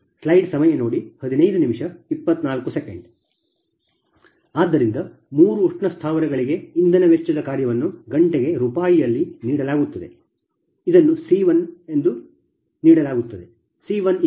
ಆದ್ದರಿಂದ ಮೂರು ಉಷ್ಣ ಸ್ಥಾವರಗಳಿಗೆ ಇಂಧನ ವೆಚ್ಚದ ಕಾರ್ಯವನ್ನು ಗಂಟೆಗೆ ರೂಪಾಯಿಯಲ್ಲಿ ನೀಡಲಾಗುತ್ತದೆ ಸಿ 1 ಇದನ್ನು ನೀಡಲಾಗುತ್ತದೆ